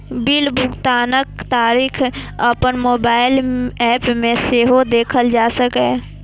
bill भुगतानक तारीख अपन मोबाइल एप पर सेहो देखल जा सकैए